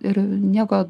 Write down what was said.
ir nieko